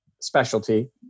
specialty